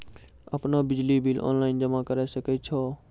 आपनौ बिजली bill online जमा करै सकै छौ?